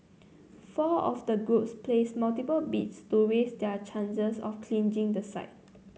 four of the groups placed multiple bids to raise their chances of clinching the site